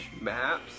maps